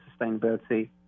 sustainability